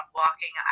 walking